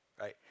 right